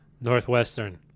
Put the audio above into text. Northwestern